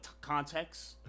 context